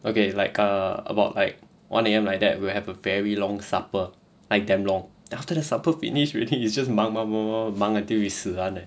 okay it's like uh about like one A_M like that we will have a very long supper like damn long then after the supper finish already it's just 忙忙忙忙忙 until we 死